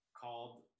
called